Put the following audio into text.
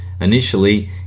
initially